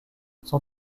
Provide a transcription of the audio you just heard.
son